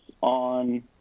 on